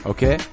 Okay